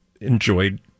enjoyed